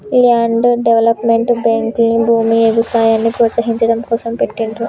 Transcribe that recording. land development బ్యేంకుల్ని భూమి, ఎగుసాయాన్ని ప్రోత్సహించడం కోసం పెట్టిండ్రు